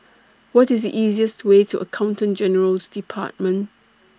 What IS The easiest Way to Accountant General's department